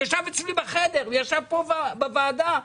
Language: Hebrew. ישב אצלי בחדר וישב כאן בוועדה.